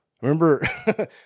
remember